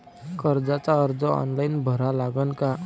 कर्जाचा अर्ज ऑनलाईन भरा लागन का?